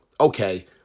okay